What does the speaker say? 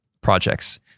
projects